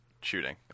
shooting